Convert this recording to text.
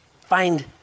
find